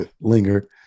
linger